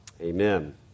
Amen